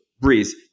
Breeze